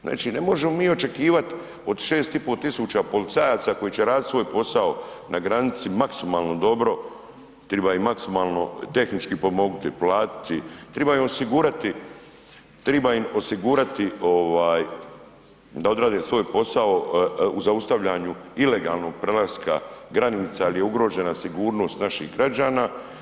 Znači, ne možemo mi očekivati od 6500 policajaca koji će raditi svoj posao na granici maksimalno dobro, treba ih maksimalno tehnički pomognuti, platiti, treba im osigurati, treba im osigurati ovaj, da odrade svoj posao u zaustavljanju ilegalnog prelaska granica, ali je ugrožena sigurnost naših građana.